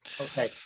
Okay